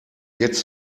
jetzt